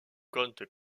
compte